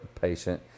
patient